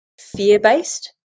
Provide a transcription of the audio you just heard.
fear-based